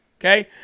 Okay